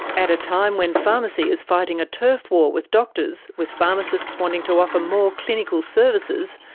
at a time when pharmacy is fighting a turf war with doctors, with pharmacists wanting to offer more clinical services,